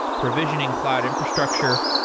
provisioning cloud infrastructure,